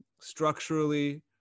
structurally